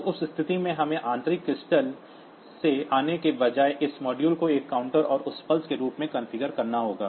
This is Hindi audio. तो उस स्थिति में हमें आंतरिक क्रिस्टल से आने के बजाय उस मॉड्यूल को एक काउंटर और उस पल्स के रूप में कॉन्फ़िगर करना होगा